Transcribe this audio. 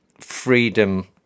freedom